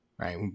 right